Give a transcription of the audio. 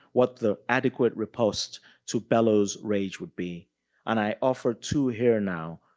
what the adequate repulse to bellow's rage would be and i offer two here now,